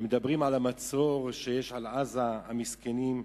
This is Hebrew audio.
ומדברים על המצור שיש על עזה, המסכנים,